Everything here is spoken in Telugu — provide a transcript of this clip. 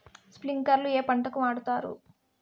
స్ప్రింక్లర్లు ఏ పంటలకు వాడుతారు?